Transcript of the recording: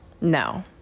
No